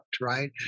right